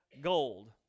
gold